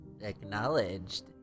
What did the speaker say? acknowledged